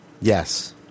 Yes